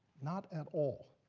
not at all.